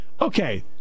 Okay